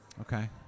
Okay